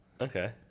Okay